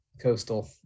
coastal